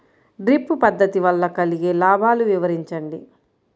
Drip పద్దతి వల్ల కలిగే లాభాలు వివరించండి?